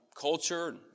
culture